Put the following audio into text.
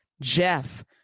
jeff